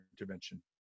intervention